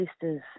sisters